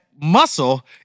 Muscle